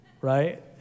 Right